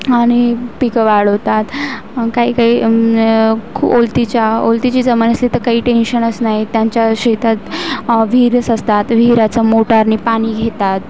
आणि पिकं वाढवतात काहीकाही खूप ओलतीच्या ओलतीची जमीन असली तर काही टेंशनच नाही त्यांच्या शेतात विहिरीच असतात विहिरीचा मोटारने पाणी घेतात